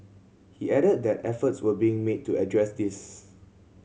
he added that efforts were being made to address this